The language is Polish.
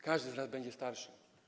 Każdy z nas będzie starszy.